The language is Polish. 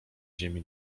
ziemi